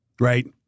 Right